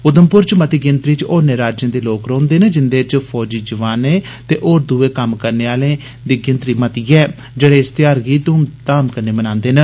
उघमपुर च मती गिनतरी च होरनें राज्यें दे लोक रौंहदे न जिंदे च फौजी जवानें ते होर दुए कम्म करने आह्लें दी गिनतरी मती ऐ जेहड़े इस त्यौहार गी धूम धाम कन्नै मनांदे न